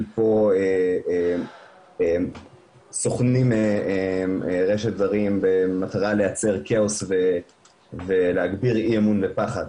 פה סוכני רשת זרים במטרה לייצר כאוס להגביר אי אמון ופחד.